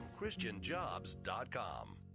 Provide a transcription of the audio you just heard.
ChristianJobs.com